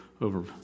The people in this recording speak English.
over